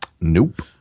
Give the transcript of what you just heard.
Nope